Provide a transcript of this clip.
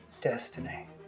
destiny